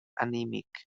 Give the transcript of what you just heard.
anímic